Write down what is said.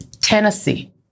Tennessee